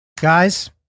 Guys